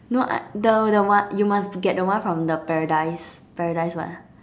no I the the one you must get the one from the paradise paradise what ah